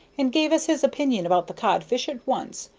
and gave us his opinion about the codfish at once,